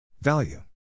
value